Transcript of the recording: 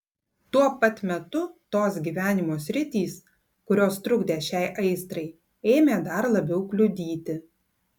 tuo pat metu tos gyvenimo sritys kurios trukdė šiai aistrai ėmė dar labiau kliudyti